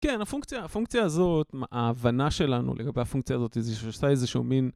כן, הפונקציה הזאת... ההבנה שלנו לגבי הפונקציה הזאת היא שהיא עושה איזה שהוא מין...